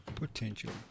potential